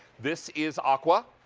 this is aqua.